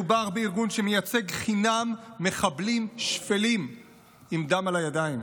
מדובר בארגון שמייצג חינם מחבלים שפלים עם דם על הידיים,